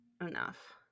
enough